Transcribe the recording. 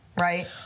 right